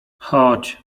chodź